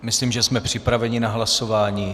Myslím, že jsme připraveni na hlasování.